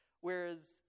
Whereas